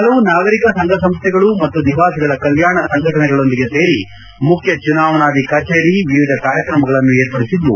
ಹಲವು ನಾಗರಿಕ ಸಂಘ ಸಂಸ್ಟೆಗಳು ಮತ್ತು ನಿವಾಸಿಗಳ ಕಲ್ಲಾಣ ಸಂಘಟನೆಗಳೊಂದಿಗೆ ಸೇರಿ ಮುಖ್ಯ ಚುನಾವಣಾಧಿಕಾರಿ ಕಚೇರಿ ವಿವಿಧ ಕಾರ್ಯಕ್ರಮಗಳನ್ನು ಏರ್ಪಡಿಸಿದ್ದು